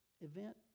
event